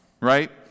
right